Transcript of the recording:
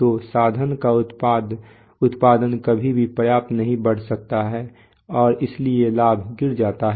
तो साधन का उत्पादन कभी भी पर्याप्त नहीं बढ़ सकता है और इसलिए लाभ गिर जाता है